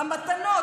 המתנות,